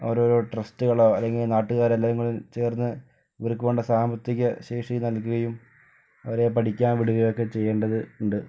ഓരോരോ ട്രസ്റ്റുകളോ അല്ലെങ്കിൽ നാട്ടുകാർ എല്ലാവരും ചേർന്ന് ഇവർക്ക് വേണ്ട സാമ്പത്തികശേഷി നൽകുകയും അവരെ പഠിക്കാൻ വിടുകയും ഒക്കെ ചെയ്യേണ്ടത് ഉണ്ട്